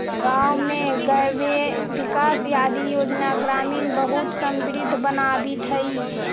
गाँव में गव्यविकास आदि योजना ग्रामीण के बहुत समृद्ध बनावित हइ